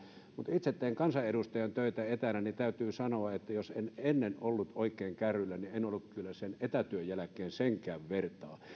mutta kun itse tein kansanedustajan töitä etänä niin täytyy sanoa että jos en ennen ollut oikein kärryillä niin en en ollut kyllä sen etätyön jälkeen senkään vertaa